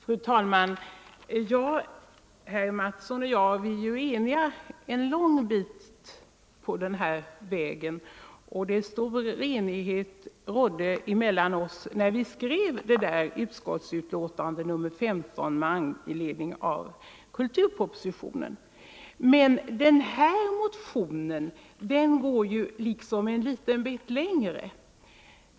Fru talman! Herr Mattsson i Lane-Herrestad och jag är till stora delar ense i den här frågan. Stor enighet rådde också mellan oss när vi skrev utskottsbetänkande nr 15 med anledning av kulturpropositionen. Men den här aktuella motionen går liksom en liten bit längre.